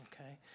okay